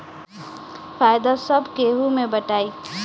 फायदा सब केहू मे बटाई